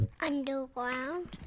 Underground